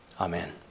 Amen